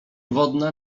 wodna